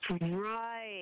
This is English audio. Right